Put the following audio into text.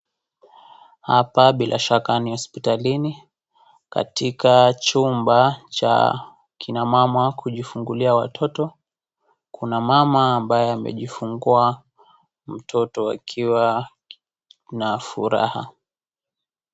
Hapa bila shaka ni hospitalini katika chumba cha kina mama kujifungulia watoto, kuna mama ambaye amejifungua mtoto akiwa na furaha.